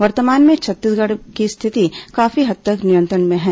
वर्तमान में छत्तीसगढ़ की स्थिति काफी हद तक नियंत्रण में है